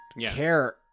care